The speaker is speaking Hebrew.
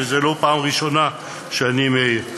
וזו לא הפעם הראשונה שאני מעיר,